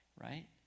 right